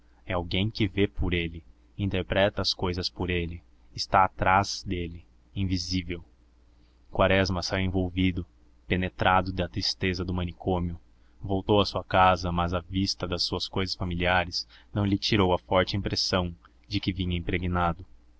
é alguém que vê por ele interpreta as cousas por ele está atrás dele invisível quaresma saiu envolvido penetrado da tristeza do manicômio voltou a sua casa mas a vista das suas cousas familiares não lhe tirou a forte impressão de que vinha impregnado